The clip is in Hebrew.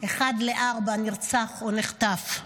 אחד מארבעה נרצח או נחטף.